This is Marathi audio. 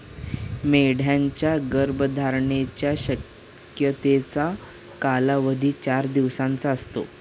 मेंढ्यांच्या गर्भधारणेच्या शक्यतेचा कालावधी चार दिवसांचा असतो